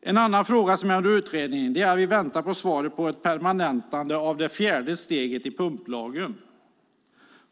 En annan fråga som är under utredning, och där vi väntar på svaret, är ett permanentande av det fjärde steget i pumplagen.